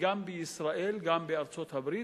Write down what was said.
גם בישראל וגם בארצות-הברית,